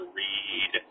read